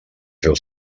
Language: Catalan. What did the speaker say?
feu